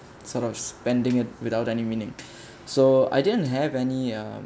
sort of spending it without any meaning so I didn't have any um